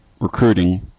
recruiting